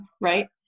right